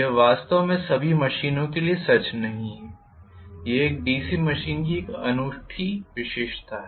यह वास्तव में सभी मशीनों के लिए सच नहीं है यह एक डीसी मशीन की एक अनूठी विशेषता है